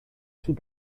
sie